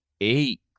eight